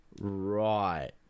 Right